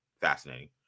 fascinating